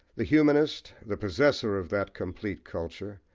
the humanist, the possessor of that complete culture,